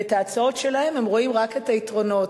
ובהצעות שלהם הם רואים רק את היתרונות,